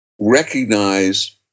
recognize